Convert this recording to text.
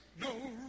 no